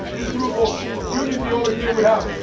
this group of unity over here we have.